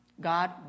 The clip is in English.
God